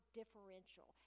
differential